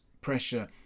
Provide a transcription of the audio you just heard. pressure